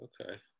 Okay